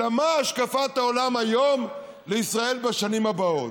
אלא מה השקפת העולם היום לישראל בשנים הבאות.